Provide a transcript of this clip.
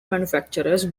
manufacturers